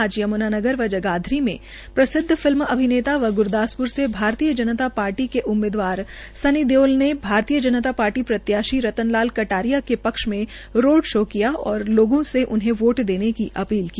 आज यम्नानगर व जगाधरी में प्रसिद्व फिल्मी अभिनेता व ग्रदास र से भारतीय जनता शार्टी के उम्मीदवार सनी देओल ने भाज प्रत्याशी रतन लाल कटारिया के क्ष में रोड शो और लोगों से उन्हें वोट देने की अपील की